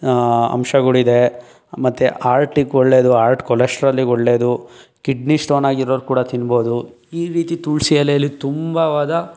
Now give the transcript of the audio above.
ಅಂಶಗಳು ಇದೆ ಮತ್ತು ಆರ್ಟಿಗೆ ಒಳ್ಳೆಯದು ಆರ್ಟ್ ಕೊಲೆಸ್ಟ್ರಾಲಿಗೆ ಒಳ್ಳೆಯದು ಕಿಡ್ನಿ ಸ್ಟೋನ್ ಆಗಿರೋರು ಕೂಡ ತಿನ್ಬೋದು ಈ ರೀತಿ ತುಳಸಿ ಎಲೆಯಲ್ಲಿ ತುಂಬಾವಾದ